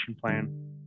Plan